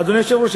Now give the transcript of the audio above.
אדוני היושב-ראש,